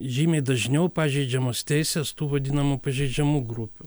žymiai dažniau pažeidžiamos teisės tų vadinamų pažeidžiamų grupių